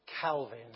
Calvin